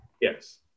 Yes